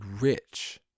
rich